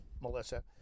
Melissa